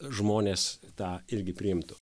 žmonės tą irgi priimtų